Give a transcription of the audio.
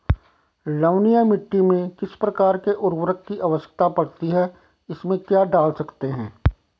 लवणीय मिट्टी में किस प्रकार के उर्वरक की आवश्यकता पड़ती है इसमें क्या डाल सकते हैं?